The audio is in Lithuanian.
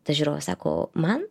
tas žiūrovas sako man